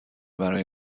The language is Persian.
برای